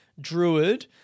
druid